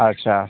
ᱟᱪᱪᱷᱟ